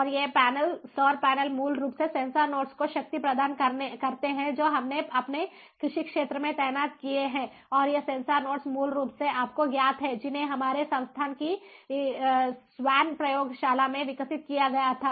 और ये पैनल सौर पैनल मूल रूप से सेंसर नोड्स को शक्ति प्रदान करते हैं जो हमने अपने कृषि क्षेत्र में तैनात किए हैं और ये सेंसर नोड्स मूल रूप से आपको ज्ञात हैं जिन्हें हमारे संस्थान की स्वान प्रयोगशाला में विकसित किया गया था